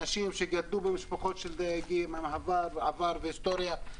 אנשים שגדלו במשפחות של דייגים, עם עבר והיסטוריה.